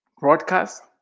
broadcast